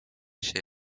się